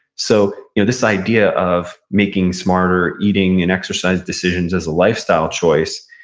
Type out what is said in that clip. so you know this idea of making smarter eating and exercise decisions as a lifestyle choice,